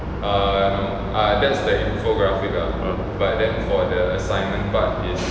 oh